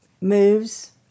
moves